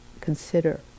consider